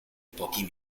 pochi